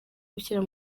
gushyira